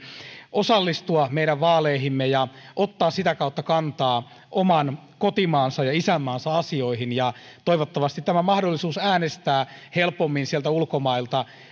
osallistua meidän vaaleihimme ja ottaa sitä kautta kantaa oman kotimaansa ja isänmaansa asioihin toivottavasti tämä mahdollisuus äänestää helpommin ulkomailta